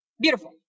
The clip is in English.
beautiful